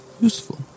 Useful